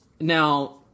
now